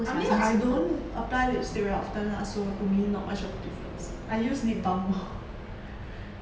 I mean I don't apply lipstick very often lah so to me not much of a difference I use lip balm more